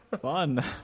Fun